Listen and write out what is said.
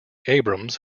abrams